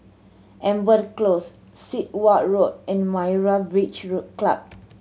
Amber Close Sit Wah Road and Myra Beach Club